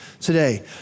today